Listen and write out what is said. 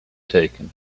taken